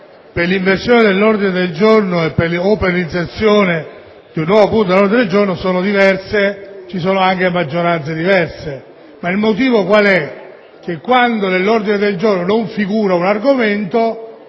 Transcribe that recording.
per l'inversione dell'ordine del giorno o per l'inserimento di un nuovo punto all'ordine del giorno sono diverse e che sono anche richieste maggioranze diverse. Il motivo è che quando all'ordine del giorno non figura un argomento